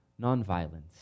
nonviolence